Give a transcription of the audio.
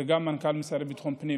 וגם מנכ"ל המשרד לביטחון פנים.